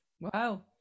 Wow